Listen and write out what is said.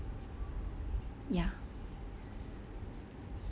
ya